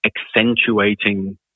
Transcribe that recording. accentuating